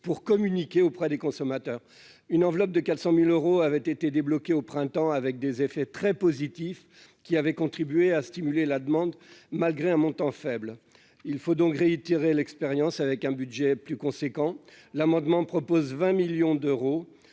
pour communiquer auprès des consommateurs, une enveloppe de 400000 euros avaient été débloqués au printemps, avec des effets très positifs qui avait contribué à stimuler la demande, malgré un montant faible, il faut donc réitérer l'expérience avec un budget plus conséquent, l'amendement propose 20 millions d'euros,